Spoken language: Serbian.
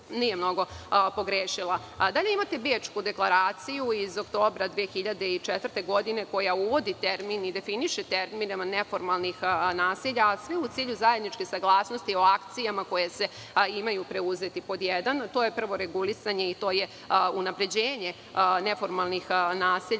nije mnogo pogrešila. Dalje imate Bečku deklaraciju iz oktobra 2004. godine koja uvodi i definiše termin neformalnih naselja, a sve u cilju zajedničke saglasnosti o akcijama koje se imaju preuzeti. Pod jedan, prvo je regulisanje i unapređenje neformalnih naselja